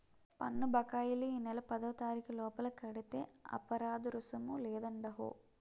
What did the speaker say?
పన్ను బకాయిలు ఈ నెల పదోతారీకు లోపల కడితే అపరాదరుసుము లేదండహో